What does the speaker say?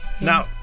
now